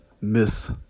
miss